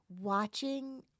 watching